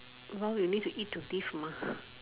while we live we eat to death mah